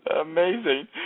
amazing